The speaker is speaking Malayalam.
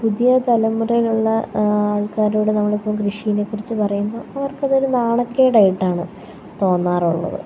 പുതിയ തലമുറയിലുള്ള ആൾക്കാരോട് നമ്മൾ ഇപ്പം കൃഷിയെ കുറിച്ച് പറയുമ്പോൾ അവർക്ക് അതൊരു നാണക്കേടായിട്ടാണ് തോന്നാറുള്ളത്